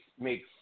makes